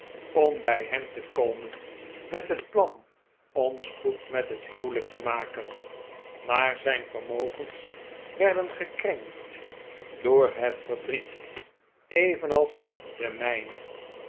om bij hem te komen met het plan om spoed met het huwelijk te maken maar zijn vermogens werden gekrenkt door het verdriet evenals de